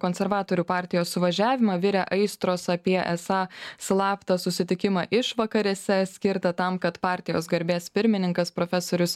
konservatorių partijos suvažiavimą virė aistros apie esą slaptą susitikimą išvakarėse skirtą tam kad partijos garbės pirmininkas profesorius